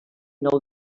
nou